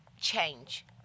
change